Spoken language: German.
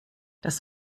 das